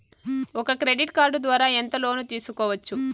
ఒక credit card ద్వారా ఎంత లోను తీసుకోవచ్చు?